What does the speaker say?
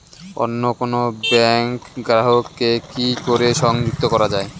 অন্য কোনো ব্যাংক গ্রাহক কে কি করে সংযুক্ত করা য়ায়?